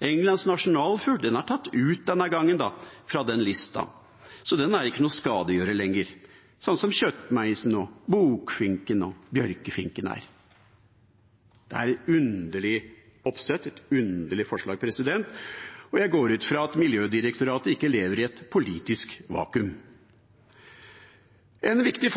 Englands nasjonalfugl, denne gangen er tatt ut fra listen. Så den er ikke skadegjører lenger, sånn som kjøttmeisen, bokfinken og bjørkefinken er. Det er et underlig oppsett, et underlig forslag, og jeg går ut fra at Miljødirektoratet ikke lever i et politisk vakuum. En viktig